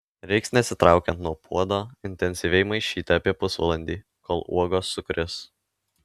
reiks nesitraukiant nuo puodo intensyviai maišyti apie pusvalandį kol uogos sukris